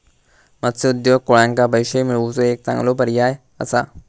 मत्स्य उद्योग कोळ्यांका पैशे मिळवुचो एक चांगलो पर्याय असा